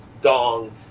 Dong